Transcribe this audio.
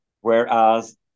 Whereas